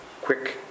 quick